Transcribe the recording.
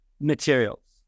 materials